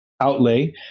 outlay